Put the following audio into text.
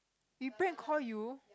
we prank call you